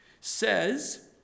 says